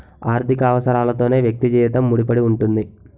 ఆర్థిక అవసరాలతోనే వ్యక్తి జీవితం ముడిపడి ఉంటుంది